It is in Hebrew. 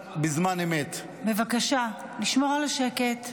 בבקשה לשמור על השקט.